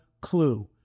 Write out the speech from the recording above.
clue